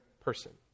person